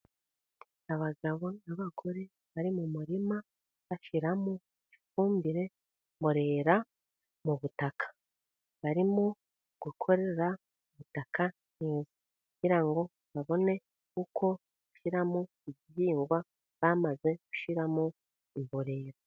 Abagabo n'abagore bari mu murima bashyiramo ifumbire y'imborera mu butaka, barimo gukorera ubutaka kugira ngo babone uko bashyiramo ibihingwa, bamaze gushyiramo imborera.